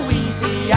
easy